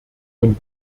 von